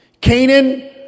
Canaan